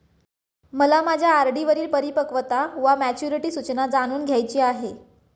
मला माझ्या आर.डी वरील परिपक्वता वा मॅच्युरिटी सूचना जाणून घ्यायची आहे